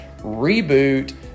reboot